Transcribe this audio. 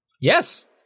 Yes